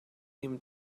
him